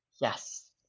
Yes